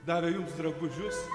davė jums drabužius